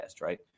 right